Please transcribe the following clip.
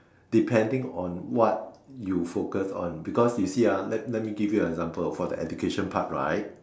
depending on what you focus on because you see ah let let me give you an example for the education part right